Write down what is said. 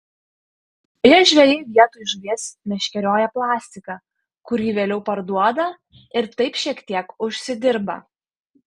joje žvejai vietoj žuvies meškerioja plastiką kurį vėliau parduoda ir taip šiek tiek užsidirba